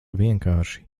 vienkārši